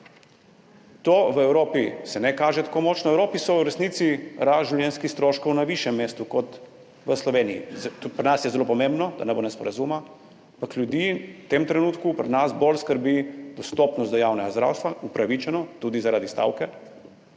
se v Evropi ne kaže tako močno. V Evropi je v resnici rast življenjskih stroškov na višjem mestu kot v Sloveniji. Tudi pri nas je zelo pomembno, da ne bo nesporazuma, ampak ljudi v tem trenutku pri nas bolj skrbi dostopnost do javnega zdravstva, upravičeno, tudi zaradi stavke,